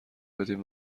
بدین